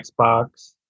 Xbox